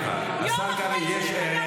הערכים שלי --- את תוקפת את החרדים,